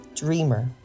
Dreamer